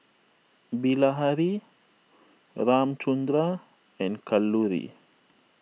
Bilahari Ramchundra and Kalluri